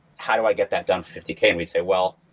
how do i get that done fifty k? and we'd say, well,